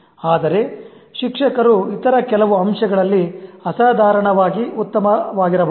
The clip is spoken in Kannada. ಆದರೆ ಶಿಕ್ಷಕರು ಇತರ ಕೆಲವು ಅಂಶಗಳಲ್ಲಿ ಅಸಾಧಾರಣವಾಗಿ ಉತ್ತಮರಾಗಿರಬಹುದು